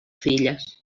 filles